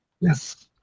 Yes